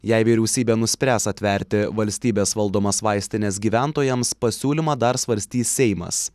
jei vyriausybė nuspręs atverti valstybės valdomas vaistines gyventojams pasiūlymą dar svarstys seimas